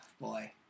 boy